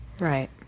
right